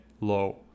low